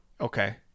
Okay